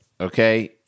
okay